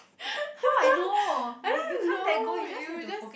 I don't know you just